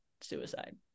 suicide